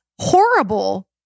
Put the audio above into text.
horrible